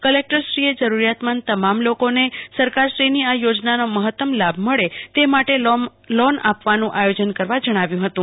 કલેકટરશ્રીએ જરૂરિયાતમંદ તમામ લોકોને સરકારશ્રીની આ યોજનાનો મહત્તમ લાભ મળે તે માટે લોન આપવાનું આયોજન કરવા જણાવ્યું હતું